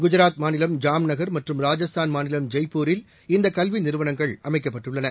குஜாத் மாநிலம் ஜாம்நகர் மற்றும் ராஜஸ்தான் மாநிலம் ஜெய்ப்பூரில் இந்த கல்வி நிறுவனங்கள் அமைக்கப்பட்டுள்ளன